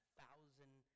thousand